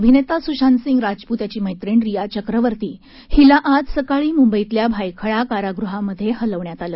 अभिनेता सुशांत सिंग राजपूत याची मैत्रीण रिया चक्रवर्ती हिला आज सकाळी मुंबईतल्या भायखळा कारागृहामध्ये हलवण्यात आलं